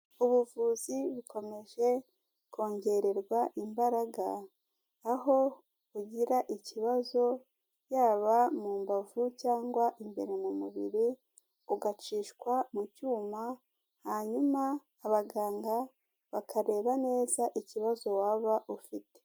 Ubuvuzi bukomeje kongererwa imbaraga, aho ugira ikibazo yaba mu mbavu cyangwa imbere mu mubiri, ugacishwa mu cyuma, hanyuma abaganga bakareba neza ikibazo waba ufite.